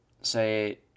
say